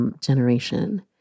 generation